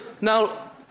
Now